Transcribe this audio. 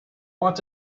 want